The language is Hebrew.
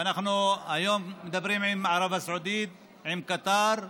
ואנחנו היום מדברים עם ערב הסעודית, עם קטאר,